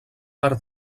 per